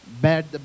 bad